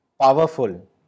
powerful